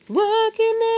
working